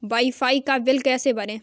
Wi fi का bill कैसे भरें?